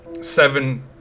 seven